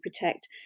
protect